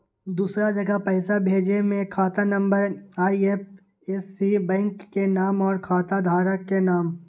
दूसरा जगह पईसा भेजे में खाता नं, आई.एफ.एस.सी, बैंक के नाम, और खाता धारक के नाम?